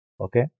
Okay